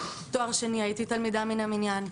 בתואר השני הייתי תלמידה מהמניין.